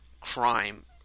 crime